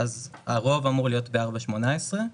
הרוב אמור להיות ב-4.18.